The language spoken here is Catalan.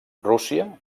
rússia